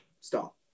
stop